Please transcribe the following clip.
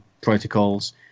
Protocols